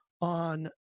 on